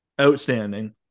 Outstanding